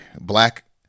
Black